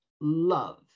love